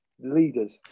Leaders